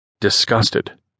Disgusted